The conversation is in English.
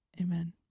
Amen